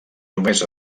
només